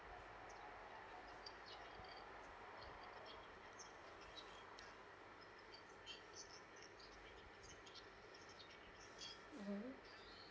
mmhmm